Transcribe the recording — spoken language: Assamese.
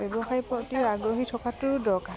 ব্যৱসায়ৰ প্ৰতি আগ্ৰহী থকাটোও দৰকাৰ